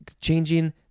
Changing